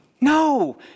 No